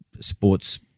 sports